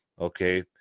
Okay